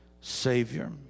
Savior